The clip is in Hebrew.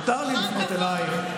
מותר לפנות אלייך,